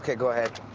go ahead.